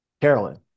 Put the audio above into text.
Carolyn